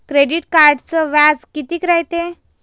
Credit कार्डचं व्याज कितीक रायते?